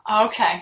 Okay